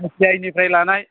अफलायननिफ्राय लानाय